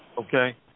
Okay